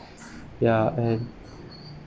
ya and